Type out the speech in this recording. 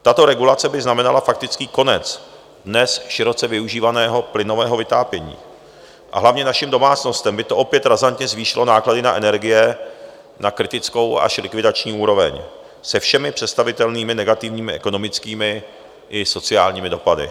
Tato regulace by znamenala faktický konec dnes široce využívaného plynového vytápění, a hlavně našim domácnostem by to opět razantně zvýšilo náklady na energie na kritickou až likvidační úroveň se všemi představitelnými negativními ekonomickými i sociálními dopady.